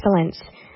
excellence